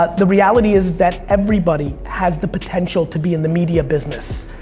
ah the reality is that everybody has the potential to be in the media business.